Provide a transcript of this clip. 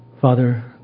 Father